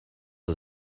are